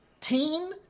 Teen